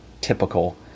typical